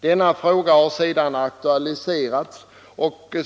Denna fråga har sedan aktualiserats vidare.